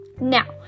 Now